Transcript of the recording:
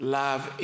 love